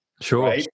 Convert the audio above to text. Sure